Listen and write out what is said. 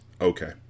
Okay